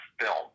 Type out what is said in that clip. film